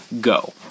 Go